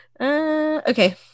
Okay